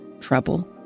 trouble